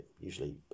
usually